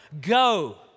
Go